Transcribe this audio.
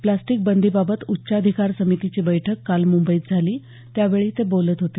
प्रास्टीकबंदीबाबत उच्चाधिकार समितीची बैठक काल मुंबईत झाली त्यावेळी ते बोलत होते